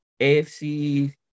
AFC